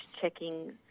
checking